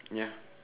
ya